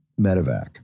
Medevac